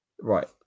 Right